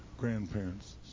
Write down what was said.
grandparents